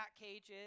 cages